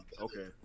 Okay